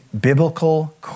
biblical